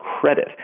credit